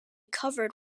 covered